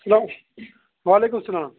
hello وعلیکُم سلام